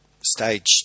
stage